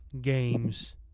games